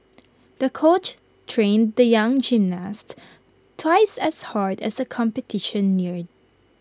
the coach trained the young gymnast twice as hard as the competition neared